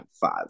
five